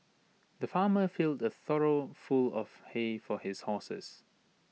the farmer filled A trough full of hay for his horses